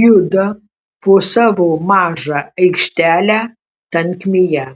juda po savo mažą aikštelę tankmėje